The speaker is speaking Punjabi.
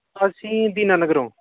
ਅਸੀਂ ਦੀਨਾ ਨਗਰੋਂ